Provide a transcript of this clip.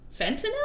fentanyl